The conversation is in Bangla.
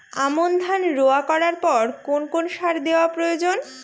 আমন ধান রোয়া করার পর কোন কোন সার দেওয়া প্রয়োজন?